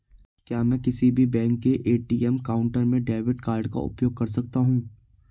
क्या मैं किसी भी बैंक के ए.टी.एम काउंटर में डेबिट कार्ड का उपयोग कर सकता हूं?